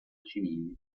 civili